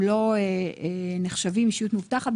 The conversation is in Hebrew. הם לא נחשבים אישיות מאובטחת,